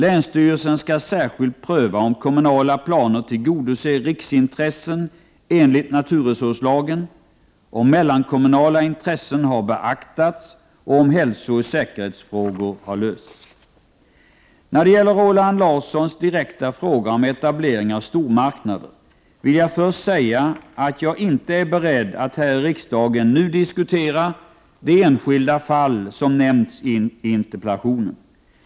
Länsstyrelsen skall särskilt pröva om kommunala planer tillgodoser riksintressen enligt naturresurslagen, om mellankommunala intressen har beaktats och om hälsooch säkerhetsfrågor har lösts. När det gäller Roland Larssons direkta fråga om etablering av stormarknader vill jag först säga att jag inte är beredd att här i riksdagen nu diskutera det enskilda fall som nämns i interpellationen.